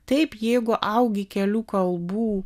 taip jeigu augi kelių kalbų